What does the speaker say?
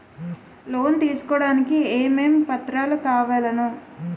Loan తీసుకోడానికి ఏమేం పత్రాలు కావలెను?